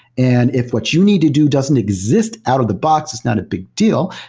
and if what you need to do doesn't exist out-of-the-box, it's not a big deal,